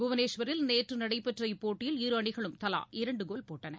புவனேஸ்வரில் நேற்றுநடைபெற்ற இப்போட்டியில் இரு அணிகளும் தலா இரண்டுகோல் போட்டன